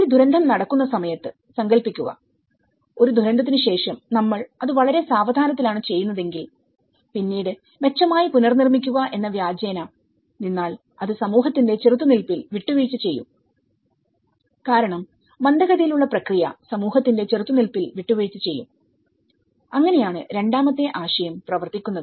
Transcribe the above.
ഒരു ദുരന്തം നടക്കുന്ന സമയത്ത്സങ്കൽപ്പിക്കുക ഒരു ദുരന്തത്തിന് ശേഷം നമ്മൾ അത് വളരെ സാവധാനത്തിലാണ് ചെയ്യുന്നതെങ്കിൽ പിന്നീട് മെച്ചമായി പുനർനിർമ്മിക്കുക എന്ന വ്യാജേന നിന്നാൽഅത് സമൂഹത്തിന്റെ ചെറുത്തുനിൽപ്പിൽ വിട്ടുവീഴ്ച ചെയ്യും കാരണം മന്ദഗതിയിലുള്ള പ്രക്രിയ സമൂഹത്തിന്റെ ചെറുത്തുനിൽപ്പിൽ വിട്ടുവീഴ്ച ചെയ്യും അങ്ങനെയാണ് രണ്ടാമത്തെ ആശയം പ്രവർത്തിക്കുന്നത്